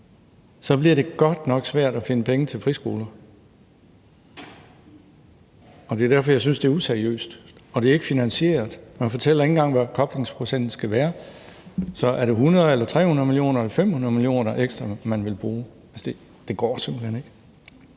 bliver det godt nok svært at finde penge til friskoler. Det er derfor, jeg synes, det er useriøst. Og det er ikke finansieret; man fortæller ikke engang, hvad koblingsprocenten skal være. Er det 100 mio. kr. eller 300 mio. kr. eller 500 mio. kr. ekstra, man vil bruge? Altså, det går simpelt hen ikke.